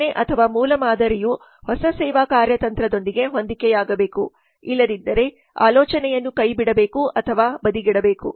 ಕಲ್ಪನೆಮೂಲ ಮಾದರಿಯು ಹೊಸ ಸೇವಾ ಕಾರ್ಯತಂತ್ರದೊಂದಿಗೆ ಹೊಂದಿಕೆಯಾಗಬೇಕು ಇಲ್ಲದಿದ್ದರೆ ಆಲೋಚನೆಯನ್ನು ಕೈಬಿಡಬೇಕು ಅಥವಾ ಬದಿಗಿಡಬೇಕು